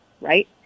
right